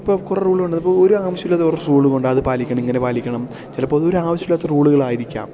ഇപ്പോൾ കുറെ റൂളുണ്ട് ഇപ്പോൾ ഒരു ആവശ്യവുമില്ലാത്ത കുറച്ച് റൂളുകളുണ്ട് അതു പാലിക്കണം ഇങ്ങനെ പാലിക്കണം ചിലപ്പോൾ അതൊരാവശ്യമില്ലാത്ത റൂളുകൾ ആയിരിക്കാം